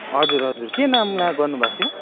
हजुर हजुर के नाममा गर्नुभएको थियो